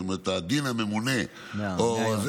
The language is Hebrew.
זאת אומרת, הדין הממונה, 100 יום?